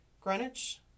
Greenwich